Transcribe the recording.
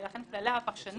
ואכן כללי הפרשנות